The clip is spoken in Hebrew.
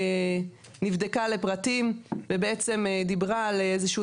תכנית נבדקה לפרטים ובעצם דיברה על איזה שהוא